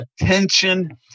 Attention